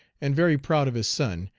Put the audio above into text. and very proud of his son,